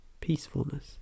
peacefulness